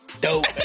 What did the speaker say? Dope